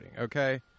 Okay